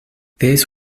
this